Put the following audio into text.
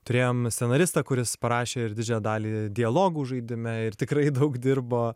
turėjom scenaristą kuris parašė ir didžiąją dalį dialogų žaidime ir tikrai daug dirbo